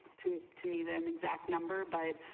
to to me than exact number but